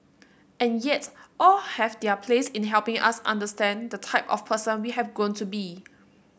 and yet all have their place in helping us understand the type of person we have grown to be